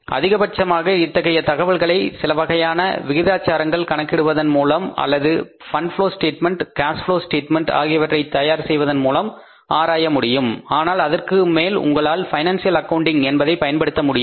அதிகபட்சமாக அத்தகைய தகவல்களை சிலவகையான விகிதாச்சாரங்கள் கணக்கிடுவதன் மூலம் அல்லது fund flow statement cash flow statement ஆகியவற்றை தயார் செய்வதன் மூலம் ஆராய முடியும் ஆனால் அதற்குமேல் உங்களால் பைனான்சியல் அக்கவுண்டிங் என்பதை பயன்படுத்த முடியாது